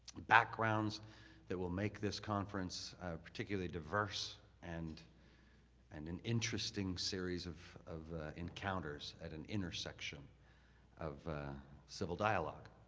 backgrounds that will make this conference particularly diverse and and an interesting series of of encounters at an intersection of civil dialogue.